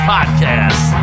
Podcast